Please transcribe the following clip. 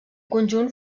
conjunt